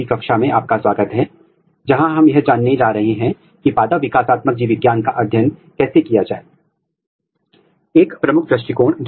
इस कक्षा में हम स्पेसीएल एक्सप्रेशन पैटर्न विश्लेषण पर ध्यान केंद्रित करेंगे